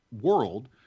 world